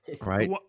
Right